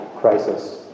crisis